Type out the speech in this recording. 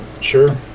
Sure